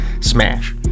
smash